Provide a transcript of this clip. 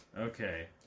Okay